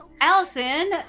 Allison